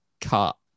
cut